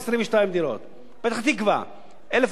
פתח-תקווה 1,423 דירות,